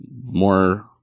more